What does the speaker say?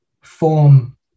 form